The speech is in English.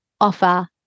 offer